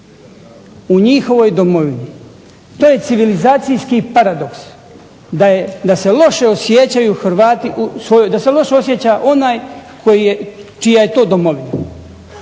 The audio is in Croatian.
u njihovoj domovini. To je civilizacijski paradoks da se loše osjećaja onaj čija je to domovina.